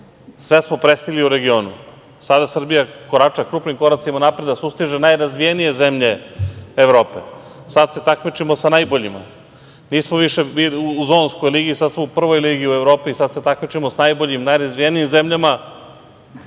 sve smo prestigli u regionu i sada Srbija korača krupnim koracima napred i sustiže najrazvijenije zemlje Evrope, i sada se takmičimo sa najboljima. Nismo više u zonskoj ligi, sada smo u prvoj ligi u Evropi, i sada se takmičimo sa najboljima i najrazvijenijim zemljama,